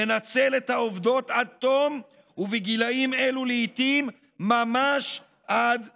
לנצל את העובדות עד תום ובגילים אלו לעיתים ממש עד מוות.